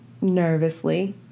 nervously